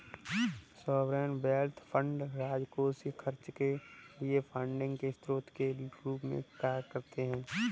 sovereign wealth fund राजकोषीय खर्च के लिए फंडिंग के स्रोत के रूप में कार्य करते हैं